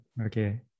okay